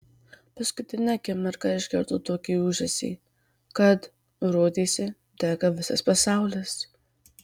paskutinę akimirką išgirdo tokį ūžesį kad rodėsi dega visas pasaulis